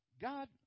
God